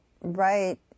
right